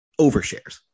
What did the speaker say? overshares